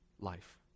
life